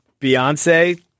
beyonce